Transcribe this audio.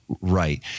Right